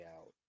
out